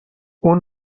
اون